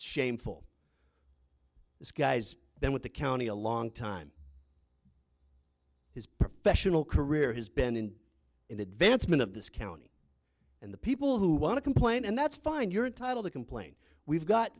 shameful disguise then with the county a long time his professional career has been in advancement of this county and the people who want to complain and that's fine you're entitled to complain we've got